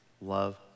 love